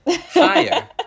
fire